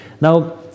Now